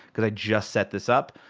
because i just set this up.